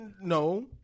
No